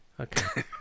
Okay